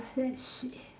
let's see